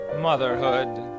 motherhood